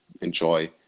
enjoy